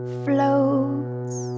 floats